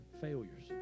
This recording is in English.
failures